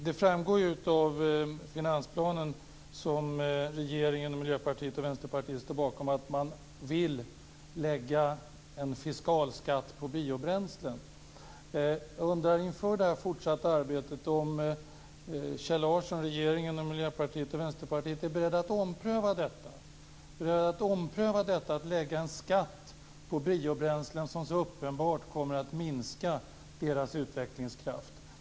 Det framgår av finansplanen som regeringen, Miljöpartiet och Vänsterpartiet står bakom att man vill lägga på en fiskal skatt på biobränslen. Är Kjell Larsson, regeringen, Miljöpartiet och Vänsterpartiet inför det fortsatta arbetet beredda att ompröva att lägga en skatt på biobränslen som så uppenbart kommer att minska deras utvecklingskraft?